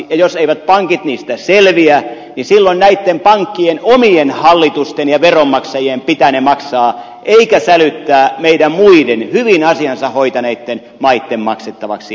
ja jos eivät pankit niistä selviä niin silloin näitten pankkien omien hallitusten ja veronmaksajien pitää ne maksaa eikä sälyttää meidän muiden hyvin asiansa hoitaneitten maitten maksettavaksi